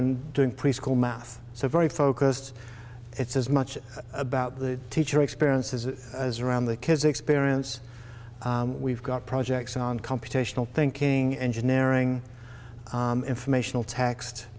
and doing preschool math so very focused it's as much about the teacher experiences as around the kids experience we've got projects on computational thinking engineering informational t